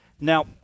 Now